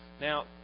Now